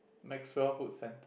Maxwell food centre